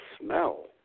smell